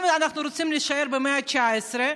אם אנחנו רוצים להישאר במאה ה-19,